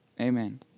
Amen